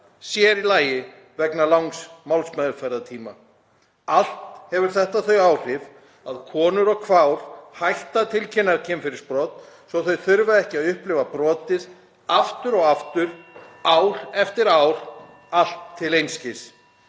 sér í lagi vegna langs málsmeðferðartíma. Allt hefur þetta þau áhrif að konur og kvár hætta tilkynna kynferðisbrot svo að þau þurfi ekki að upplifa brotið aftur og aftur ár eftir ár, allt til einskis.